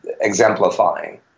exemplifying